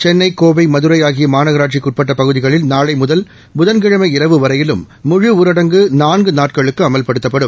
சென்னை கோவை மதுரை ஆகிய மாநகராட்சிக்குட்பட்ட பகுதிகளில் நாளை முதல் புதன்கிழமை இரவு வரையிலும் முழு ஊரடங்கு நான்கு நாட்களுக்கு அமல்படுத்தப்படும்